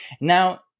Now